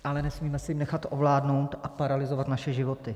Ale nesmíme se nechat ovládnout a paralyzovat naše životy.